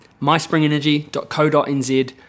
myspringenergy.co.nz